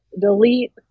delete